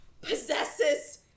possesses